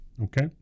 Okay